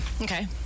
Okay